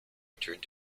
returned